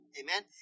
amen